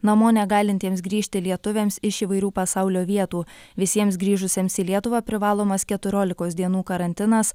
namo negalintiems grįžti lietuviams iš įvairių pasaulio vietų visiems grįžusiems į lietuvą privalomas keturiolikos dienų karantinas